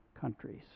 countries